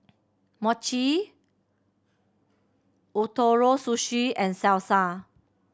Mochi Ootoro Sushi and Salsa